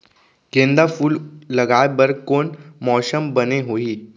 गेंदा फूल लगाए बर कोन मौसम बने होही?